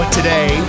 today